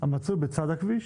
המצוי בצד הכביש,